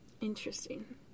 Interesting